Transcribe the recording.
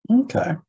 Okay